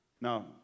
Now